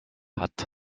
hat